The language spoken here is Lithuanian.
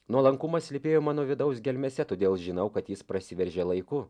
nuolankumas slypėjo mano vidaus gelmėse todėl žinau kad jis prasiveržė laiku